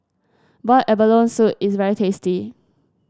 Boiled Abalone Soup is very tasty